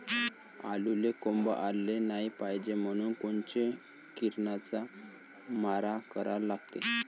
आलूले कोंब आलं नाई पायजे म्हनून कोनच्या किरनाचा मारा करा लागते?